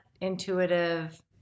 intuitive